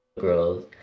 girls